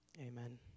Amen